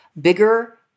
bigger